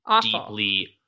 deeply